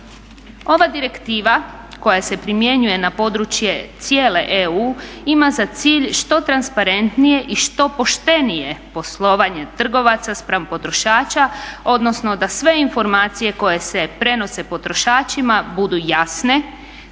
Ova direktiva koja se primjenjuje na područje cijele EU ima za cilj što transparentnije i što poštenije poslovanje trgovaca spram potrošača odnosno da sve informacije koje se prenose potrošačima budu jasne